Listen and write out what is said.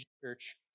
church